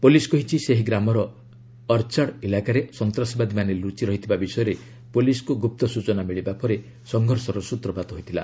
police କହିଛି ସେହି ଗ୍ରାମର ଅର୍ଚାଡ ଇଲାକାରେ ସନ୍ତାସବାଦୀମାନେ ଲୁଚିରହିଥିବା ବିଷୟରେ ପୋଲିସକୁ ଗୁପ୍ତ ସୂଚନା ମିଳିବା ପରେ ସଂଘର୍ଷର ସ୍ୱତ୍ରପାତ ହୋଇଥିଲା